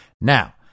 Now